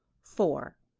four.